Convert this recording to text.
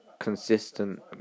Consistent